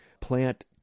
plant